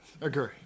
agree